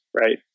right